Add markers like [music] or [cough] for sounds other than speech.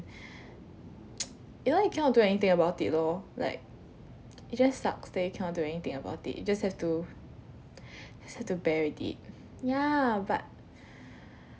[noise] you know you cannot do anything about it though like [noise] it just sucks that you cannot do anything about it you just have to just have to bear with it ya but